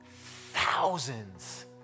thousands